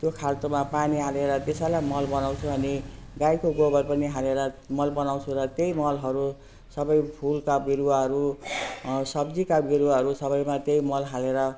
त्यो खाल्टोमा पानी हालेर त्यसैलाई मल बनाउँछु अनि गाईको गोबर पनि हालेर मल बनाउँछु र त्यही मलहरू सबै फुलका बिरुवाहरू सब्जीका बिरुवाहरू सबैमा त्यही मल हालेर